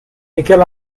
miquel